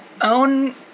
own